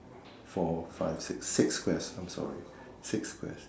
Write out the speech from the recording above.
four five six six squares I'm sorry six squares